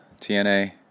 TNA